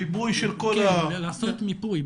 לעשות מיפוי.